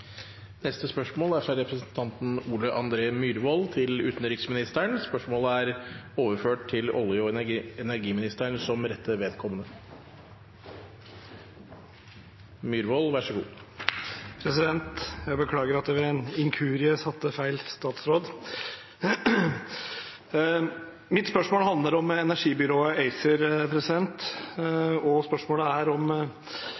fra representanten Ole André Myhrvold til utenriksministeren, er overført til olje- og energiministeren som rette vedkommende. Jeg beklager at jeg ved en inkurie satte feil statsråd. Mitt spørsmål handler om energibyrået ACER